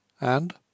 And